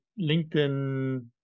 LinkedIn